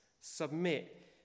submit